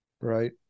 right